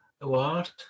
award